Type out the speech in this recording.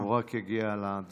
הוא רק יגיע לדוכן.